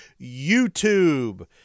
YouTube